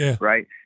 right